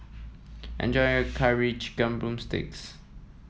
enjoy your Curry Chicken drumstick